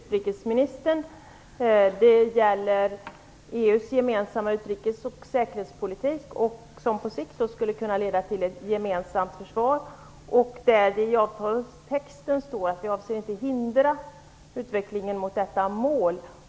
Fru talman! Jag har en fråga att ställa till utrikesministern. EU:s gemensamma utrikes och säkerhetspolitik skulle ju på sikt kunna leda till ett gemensamt försvar. I avtalstexten står det att Sverige inte avser att hindra utvecklingen mot detta mål.